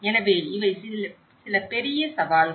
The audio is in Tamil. எனவே இவை சில பெரிய சவால்கள்